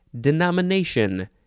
denomination